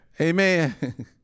Amen